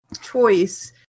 choice